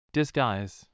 Disguise